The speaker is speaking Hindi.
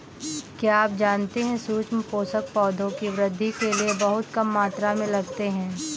क्या आप जानते है सूक्ष्म पोषक, पौधों की वृद्धि के लिये बहुत कम मात्रा में लगते हैं?